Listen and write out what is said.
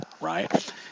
right